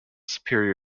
superior